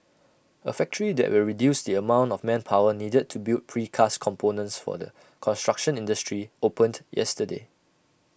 A factory that will reduce the amount of manpower needed to build precast components for the construction industry opened yesterday